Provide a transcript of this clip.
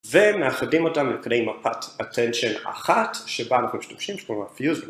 ומאחדים אותם לכדי מפת Attention אחת שבה אנחנו משתמשים, שקוראים לה fusel